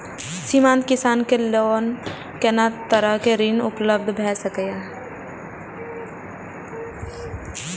सीमांत किसान के लेल कोन तरहक ऋण उपलब्ध भ सकेया?